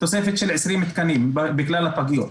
תוספת של 20 תקנים בכלל הפגיות.